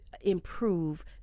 improve